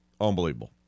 Unbelievable